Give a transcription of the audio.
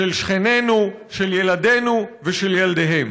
של שכנינו, של ילדינו ושל ילדיהם.